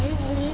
really really